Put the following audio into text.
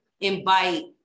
invite